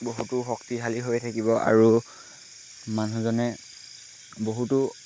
বহুতো শক্তিশালী হৈ থাকিব আৰু মানুহজনে বহুতো